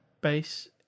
base